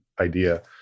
idea